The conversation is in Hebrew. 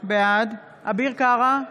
בעד אביר קארה,